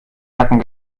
nacken